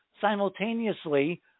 simultaneously